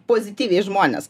pozityviai žmones